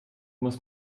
muss